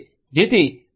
જેથી એસ